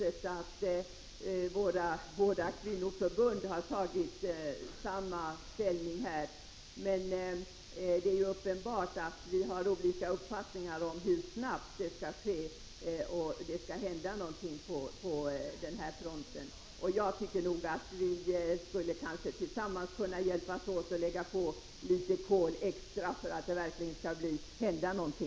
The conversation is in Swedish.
En utredare har fått detta utredningsuppdrag. Utskottet, utom moderaterna, är enigt om att man skall avvakta denna utredning. Det är det praktiska tillvägagångssätt som vi brukar tillämpa här i riksdagen.